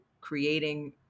creating